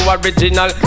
original